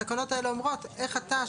התקנות האלה אומרות איך אתה,